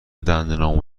دندونامو